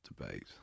debate